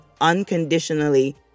unconditionally